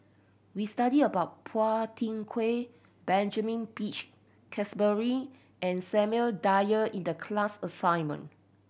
we studied about Phua Thin Kiay Benjamin Peach Keasberry and Samuel Dyer in the class assignment